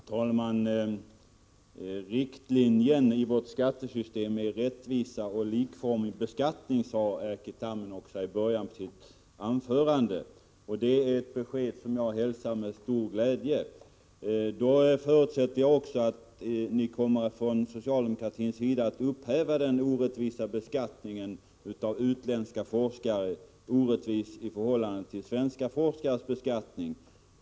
Herr talman! Riktlinjen i vårt skattesystem är rättvisa och likformig beskattning, sade Erkki Tammenoksa i början av sitt anförande. Det är ett besked som jag hälsar med stor glädje. Jag förutsätter då att ni från socialdemokratins sida kommer att upphäva den orättvisa beskattningen av utländska forskare — orättvis i förhållande till svenska forskares beskattning.